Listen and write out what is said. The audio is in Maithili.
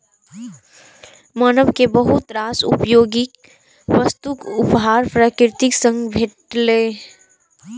मानव कें बहुत रास उपयोगी वस्तुक उपहार प्रकृति सं भेटलैए